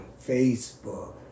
Facebook